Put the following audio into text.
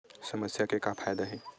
समस्या के का फ़ायदा हे?